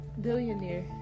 Billionaire